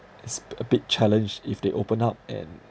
it's b~ a big challenge if they open up and